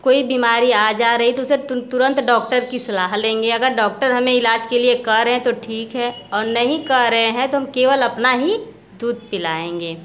कोई बीमारी आ जा रही तो उसे तुरंत डॉक्टर की सलाह लेंगे अगर डॉक्टर हमें इलाज़ के लिए कह रहे हैं तो ठीक है और नहीं कह रहे हैं तो हम केवल अपना ही दूध पिलाएंगे